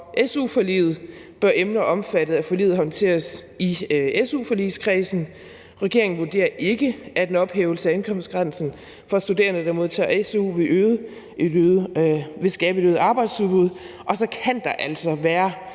su-forliget bør emner omfattet af forliget håndteres i su-forligskredsen; regeringen vurderer ikke, at en ophævelse af indkomstgrænsen for studerende, der modtager su, vil skabe et øget arbejdsudbud; og så kan der altså være